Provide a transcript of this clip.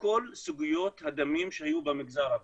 כל סוגיות הדמים שהיו במגזר הבדואי.